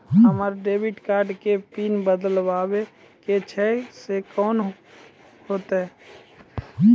हमरा debit card के PIN बदलबावै के छैं से कौन होतै?